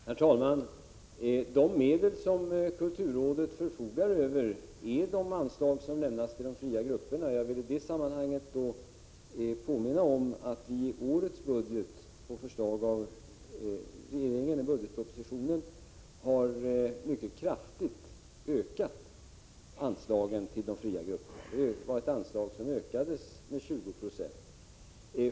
Herr talman! De medel som kulturrådet förfogar över är de anslag som lämnas till de fria grupperna. Jag vill i det sammanhanget påminna om att vi i årets budget — på förslag av regeringen i budgetpropositionen — har ökat anslagen till de fria grupperna mycket kraftigt. Anslagen ökades med 20 9.